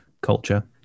culture